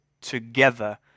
together